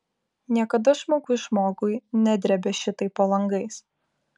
niekada žmogus žmogui nedrėbė šitaip po langais